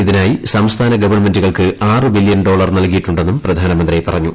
ഇതിനായി സംസ്ഥാന ഗവൺമെന്റുകൾക്ക് ആറ് ബില്യൻ ഡോളർ നൽകിയിട്ടുണ്ടെന്നും പ്രധാനമന്ത്രി പറഞ്ഞു